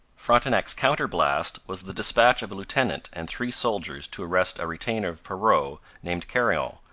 frontenac's counterblast was the dispatch of a lieutenant and three soldiers to arrest a retainer of perrot named carion,